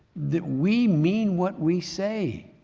the, we mean what we say.